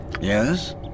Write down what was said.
Yes